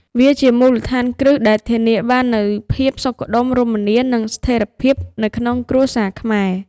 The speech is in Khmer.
វាជាមូលដ្ឋានគ្រឹះដែលធានាបាននូវភាពសុខដុមរមនា និងស្ថិរភាពនៅក្នុងគ្រួសារខ្មែរ។